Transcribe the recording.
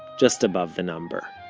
just above the number